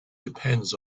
depends